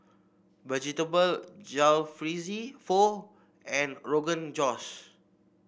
Vegetable Jalfrezi Pho and Rogan Josh